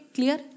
Clear